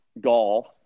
golf